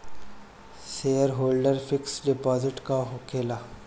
Shareholder fix deposit का होखे ला?